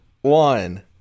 one